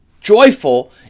joyful